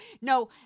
No